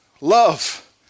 love